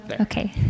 Okay